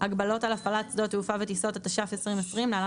(הגבלות על הפעלת שדות תעופה וטיסות) התש"ף 2020 (להלן,